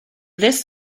this